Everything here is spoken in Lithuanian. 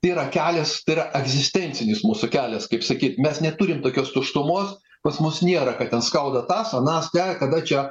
tai yra kelias tai yra egzistencinis mūsų kelias kaip sakyt mes neturim tokios tuštumos pas mus nėra ką ten skauda tas anas tai ar kada čia